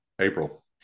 april